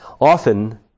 Often